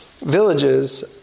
villages